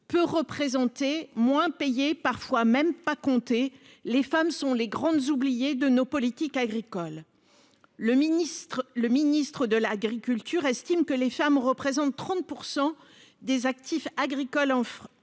peut représenter moins payé parfois même pas compter les femmes sont les grandes oubliées de nos politiques agricoles. Le ministre, le ministre de l'agriculture estime que les femmes représentent 30% des actifs agricoles en France